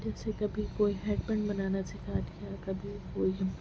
جیسے کہ ابھی کوئی ہیپن بنانا سیکھا دیا کبھی کوئی